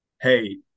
hey